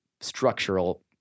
structural